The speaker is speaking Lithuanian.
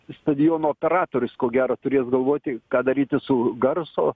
stadiono operatorius ko gero turės galvoti ką daryti su garso